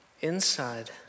inside